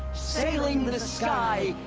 sailing the the sky.